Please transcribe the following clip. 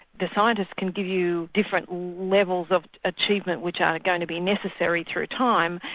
the scientists can give you different levels of achievement which are going to be necessary through time,